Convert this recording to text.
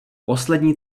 poslední